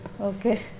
okay